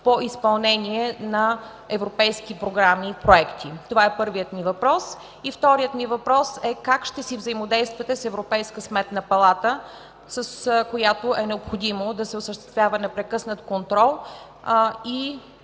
по изпълнение на европейски програми? Това е първият ми въпрос. Вторият ми въпрос е как ще си взаимодействате с вропейската Сметна палата, с която е необходимо да се осъществява непрекъснат контрол и